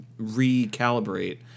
recalibrate